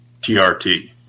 TRT